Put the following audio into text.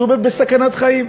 שהוא בסכנת חיים.